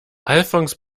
alfons